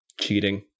cheating